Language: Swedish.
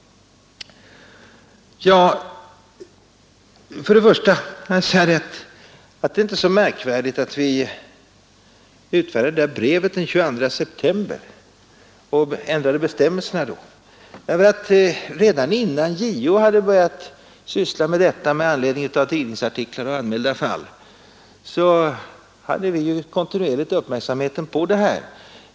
Det är inte så märkvärdigt att vi skrev detta brev den 22 september och då ändrade bestämmelserna. Redan innan JO börjat syssla med denna sak med anledning av tidningarsartiklar och anmälda fall hade vi kontinuerligt haft uppmärksamheten på saken.